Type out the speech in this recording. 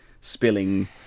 spilling